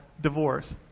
divorce